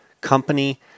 company